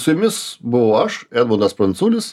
su jumis buvau aš edmundas pranculis